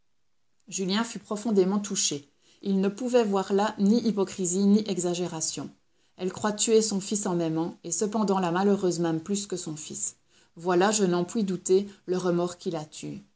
julien fut profondément touché il ne pouvait voir là ni hypocrisie ni exagération elle croit tuer son fils en m'aimant et cependant la malheureuse m'aime plus que son fils voilà je n'en puis douter le remords qui la tue